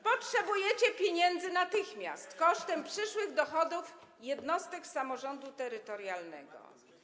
Potrzebujecie pieniędzy natychmiast, kosztem przyszłych dochodów jednostek samorządu terytorialnego.